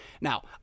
Now